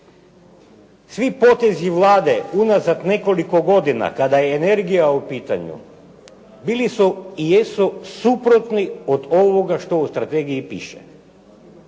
Svi potezi Vlade unazad nekoliko godina kada je energija u pitanju bili su i jesu suprotni od ovoga što u strategiji piše